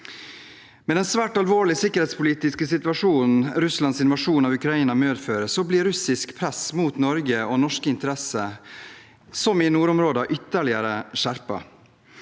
Med den svært alvorlige sikkerhetspolitiske situasjonen Russlands invasjon av Ukraina medfører, blir russisk press mot Norge og norske interesser, som i nordområdene, ytterligere skjerpet.